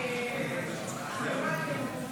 אי-אמון